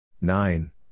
Nine